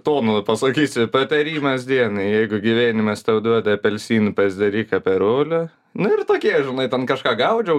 tonu pasakysiu patarimas dienai jeigu gyvenimas tau duoda apelsinų pasidaryk aperolę nu ir tokie žinai ten kažką gaudžiau